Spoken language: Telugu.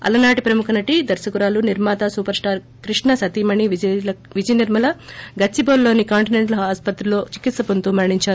అలనాటి ప్రముఖ నటి దర్శకురాలు నిర్మాత సూపర్స్టార్ కృష్ణ సతీమణి విజయనిర్మల గచ్చిబాలిలోని కాంటినెంటల్ ఆస్పత్రిలో ఆమె గత కొంతకాలంగా చికిత్సవొందుతు మరణించారు